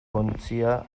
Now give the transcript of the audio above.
ontzia